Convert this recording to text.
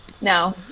No